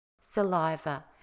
saliva